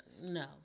No